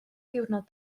ddiwrnod